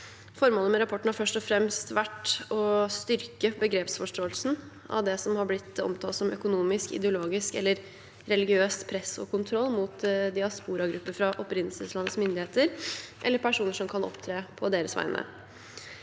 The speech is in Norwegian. Formålet med rapporten har først og fremst vært å styrke begrepsforståelsen av det som har blitt omtalt som økonomisk, ideologisk eller religiøst press og kontroll mot diasporagrupper fra opprinnelseslandets myndigheter, eller personer som kan opptre på deres vegne.